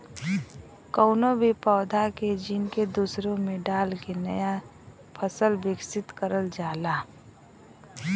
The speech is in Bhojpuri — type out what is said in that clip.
कउनो भी पौधा के जीन के दूसरे में डाल के नया फसल विकसित करल जाला